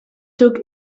took